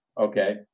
okay